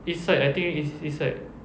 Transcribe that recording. east side I think it's east side